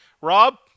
Rob